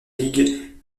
ligue